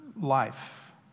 life